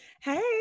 Hey